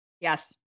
Yes